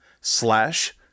slash